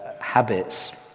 habits